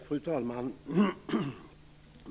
Fru talman!